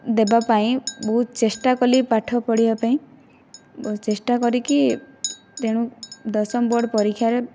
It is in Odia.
ଦେବାପାଇଁ ବହୁତ ଚେଷ୍ଟାକଲି ପାଠପଢ଼ିବାପାଇଁ ବହୁତ ଚେଷ୍ଟା କରିକି ତେଣୁ ଦଶମ ବୋର୍ଡ ପରୀକ୍ଷାରେ